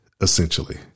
essentially